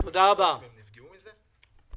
כשהיה קיצוץ פלט, הם נפגעו מהם?